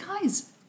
guys